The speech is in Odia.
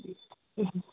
ହୁଁ